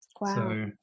Wow